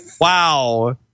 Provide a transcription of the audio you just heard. Wow